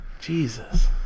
Jesus